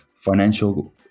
financial